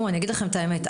אני אומר לכם את האמת,